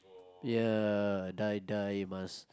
ya die die must